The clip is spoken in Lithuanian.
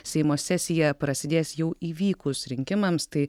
seimo sesija prasidės jau įvykus rinkimams tai